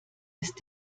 ist